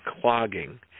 clogging